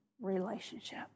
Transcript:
relationship